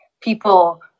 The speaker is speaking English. people